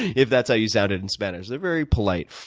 if that's how you sounded in spanish. they're very polite,